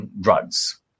drugs